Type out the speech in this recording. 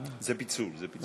זה פיצול, זה פיצול.